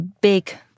big